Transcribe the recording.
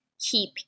keep